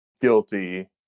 guilty